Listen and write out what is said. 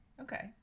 Okay